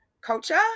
culture